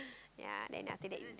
ya then after that